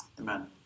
Amen